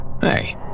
Hey